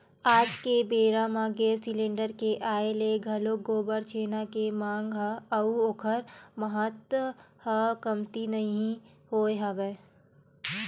आज के बेरा म गेंस सिलेंडर के आय ले घलोक गोबर छेना के मांग ह अउ ओखर महत्ता ह कमती नइ होय हवय